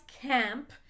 camp